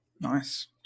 Nice